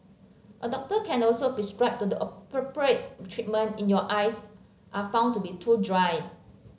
a doctor can also prescribe the appropriate treatment in your eyes are found to be too dry